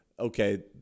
okay